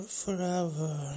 forever